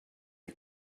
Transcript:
you